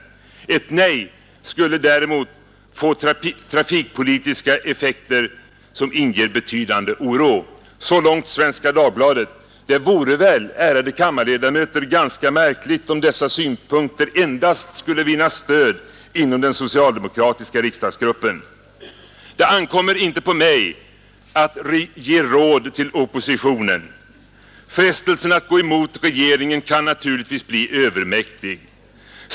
Ett nej skulle därmed få trafikpolitiska effekter som inger betydande oro.” Så långt Svenska Dagbladet. Det vore väl, ärade kammarledamöter, ganska märkligt om dessa synpunkter endast skulle vinna stöd inom den socialdemokratiska riksdagsgruppen. Det ankommer inte på mig att ge råd till oppositionen. Frestelsen att gå emot regeringen kan naturligtvis bli övermäktig.